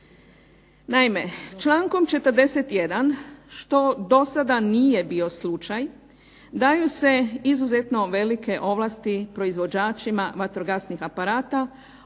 Naime, člankom 41. što dosada nije bio slučaj, daju se izuzetno velike ovlasti proizvođačima vatrogasnih aparata,